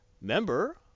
member